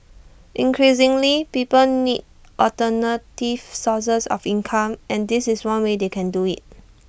increasingly people need alternative sources of income and this is one way they can do IT